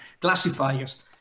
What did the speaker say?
classifiers